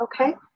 okay